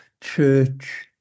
church